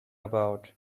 about